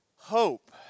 Hope